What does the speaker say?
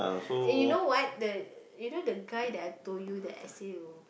eh you know what the you know the guy I told you the